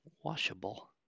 washable